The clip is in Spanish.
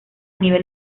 nivel